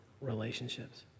relationships